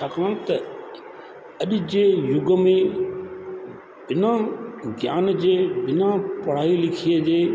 छाकाणि त अॼु जे युग में बिना ज्ञान जे बिना पढ़ाई लिखाईअ जे